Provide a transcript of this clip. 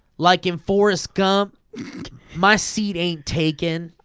like in forest gump my seat ain't taken.